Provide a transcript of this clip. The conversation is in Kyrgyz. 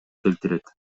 келтирет